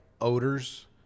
odors